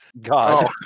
God